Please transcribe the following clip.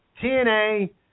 TNA